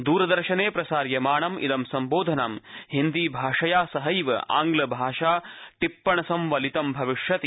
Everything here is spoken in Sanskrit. द्रदर्शने प्रसार्यमाणं इदं सम्बोधनं हिन्दीभाषया सहैव आङ्गल टिप्पण संवलितं भविष्यति